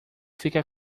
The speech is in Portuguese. fica